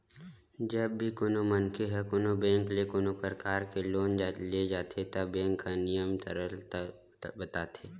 जब भी कोनो मनखे ह कोनो बेंक ले कोनो परकार के लोन ले जाथे त बेंक ह नियम सरत ल बताथे